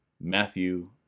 matthew